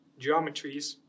geometries